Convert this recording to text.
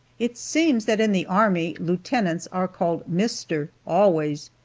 it seems that in the army, lieutenants are called mister always,